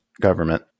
government